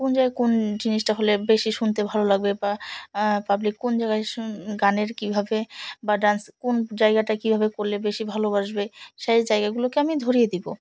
কোন জায়গায় কোন জিনিসটা হলে বেশি শুনতে ভালো লাগবে বা পাবলিক কোন জায়গায় গানের কীভাবে বা ডান্স কোন জায়গাটা কীভাবে করলে বেশি ভালোবাসবে সেই জায়গাগুলোকে আমি ধরিয়ে দিবো